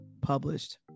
published